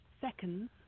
seconds